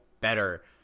better